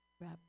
wrap